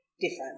different